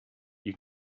you